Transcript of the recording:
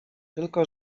tylko